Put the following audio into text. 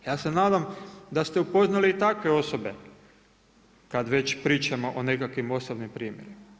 Ja se nadam da se upoznali i takve osobe kad već pričamo o nekakvih ostalim primjerima.